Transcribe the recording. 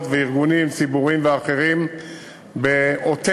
וארגונים ציבוריים ואחרים בעוטף-נתב"ג.